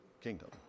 kingdom